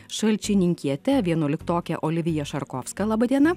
šalčininkiete vienuoliktoke olivija šarkovska laba diena